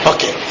Okay